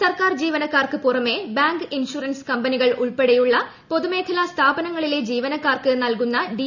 സർക്കാർ ജീവനക്കാർക്ക് പുറമേ ബാങ്ക് ഇൻഷുറൻസ് കമ്പനികൾ ഉൾപ്പെടെയുള്ള പൊതുമേഖലാ സ്ഥാപനങ്ങളിലെ ജീവനക്കാർക്ക് നൽകുന്ന ഡി